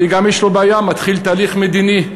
וגם יש לו בעיה: מתחיל תהליך מדיני,